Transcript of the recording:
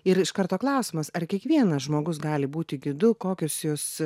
ir iš karto klausimas ar kiekvienas žmogus gali būti gidu kokius jūs